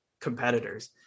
competitors